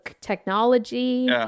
technology